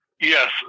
Yes